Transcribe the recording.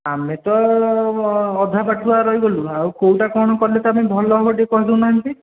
ଆମେ ତ ଅଧା ପାଠୁଆ ରହିଗଲୁ ଆଉ କେଉଁଟା କ'ଣ କାଲେ ତା'ପାଇଁ ଭଲ ହେବ ଟିକିଏ କହିଦେଉନାହାନ୍ତି